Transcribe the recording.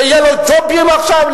שיהיו לו ג'ובים עכשיו,